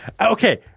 Okay